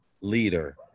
leader